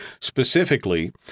specifically